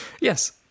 Yes